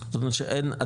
זאת אומרת שאין,